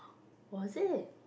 was it